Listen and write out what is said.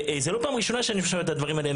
זה לא פעם ראשונה שאני שומע את הדברים האלה.